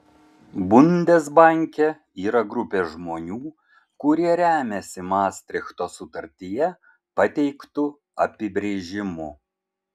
bundesbanke yra grupė žmonių kurie remiasi mastrichto sutartyje pateiktu apibrėžimu